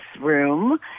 Room